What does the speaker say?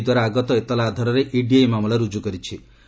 ସିବିଆଇଦ୍ୱାରା ଆଗତ ଏତଲା ଆଧାରରେ ଇଡି ଏହି ମାମଲା ରୁଜୁ କରିଛି